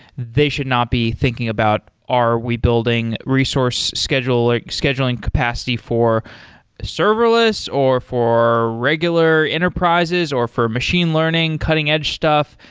they should not be thinking about are we building resource scheduling scheduling capacity for serverless, or for regular enterprises, or for machine learning cutting-edge stuff?